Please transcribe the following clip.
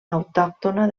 autòctona